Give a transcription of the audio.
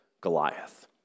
Goliath